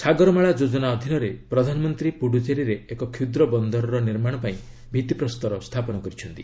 ସାଗରମାଳା ଯୋଜନା ଅଧୀନରେ ପ୍ରଧାନମନ୍ତ୍ରୀ ପୁଡ଼ୁଚେରୀରେ ଏକ କ୍ଷୁଦ୍ର ବନ୍ଦରର ନିର୍ମାଣ ପାଇଁ ଭିଭିପ୍ରସ୍ତର ସ୍ଥାପନ କରିଛନ୍ତି